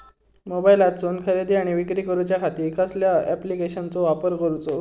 मोबाईलातसून खरेदी आणि विक्री करूच्या खाती कसल्या ॲप्लिकेशनाचो वापर करूचो?